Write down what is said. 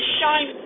shine